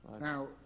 Now